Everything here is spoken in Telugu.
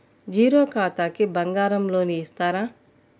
జీరో ఖాతాకి బంగారం లోన్ ఇస్తారా?